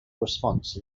response